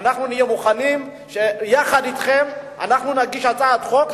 אנחנו נהיה מוכנים יחד אתכם להגיש הצעת חוק.